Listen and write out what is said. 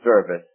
service